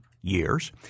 years